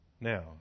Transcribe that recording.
Now